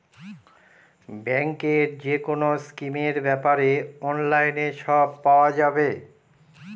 ব্যাঙ্কের যেকোনো স্কিমের ব্যাপারে অনলাইনে সব পাওয়া যাবে